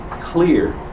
clear